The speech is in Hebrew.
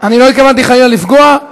אני לא התכוונתי חלילה לפגוע.